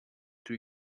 too